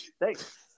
Thanks